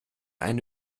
eine